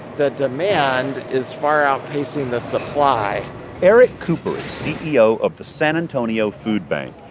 the demand is far outpacing the supply eric cooper is ceo of the san antonio food bank.